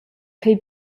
ch’ei